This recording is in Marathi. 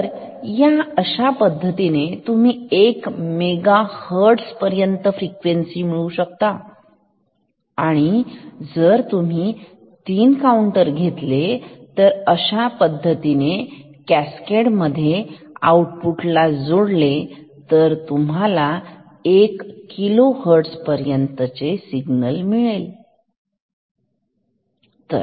तर या अशा पद्धतीने तुम्ही1 मेगाहर्ट्झ फ्रिक्वेन्सी पर्यंत मिळवू शकता आणि जर तुम्ही 3 काऊंटर घेतले अशा पद्धतीने कास्केड मध्ये आउटपुट ला जोडले तर तुम्हाला आउटपुट 1 किलो हर्ट्झ मिळेल ठीक